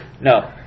No